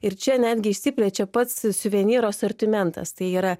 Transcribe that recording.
ir čia netgi išsiplečia pats suvenyrų asortimentas tai yra